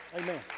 Amen